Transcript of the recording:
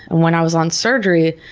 when i was on surgery,